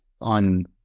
on